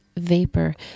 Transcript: Vapor